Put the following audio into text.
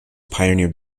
pioneered